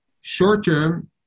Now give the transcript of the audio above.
Short-term